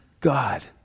God